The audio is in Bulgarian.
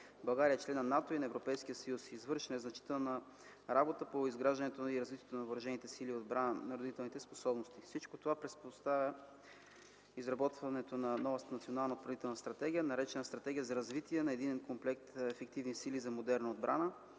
България е член на НАТО и на Европейския съюз. Извършена e значителна работа по изграждането и развитието на въоръжените сили и отбранителни способности. Всичко това наложи разработването на Национална отбранителна стратегия, наречена „Стратегия за развитие на единен комплект ефективни сили за модерна отбрана“.